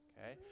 Okay